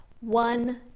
one